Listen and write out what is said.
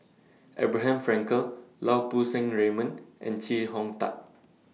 Abraham Frankel Lau Poo Seng Raymond and Chee Hong Tat